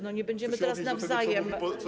Nie będziemy teraz nawzajem.